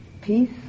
peace